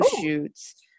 shoots